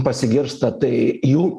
pasigirsta tai jų